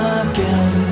again